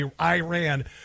Iran